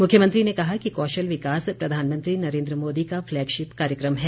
मुख्यमंत्री ने कहा कि कौशल विकास प्रधानमंत्री नरेन्द्र मोदी का फ्लैगशिप कार्यक्रम है